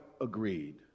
agreed